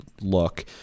look